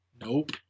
Nope